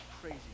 Crazy